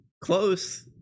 Close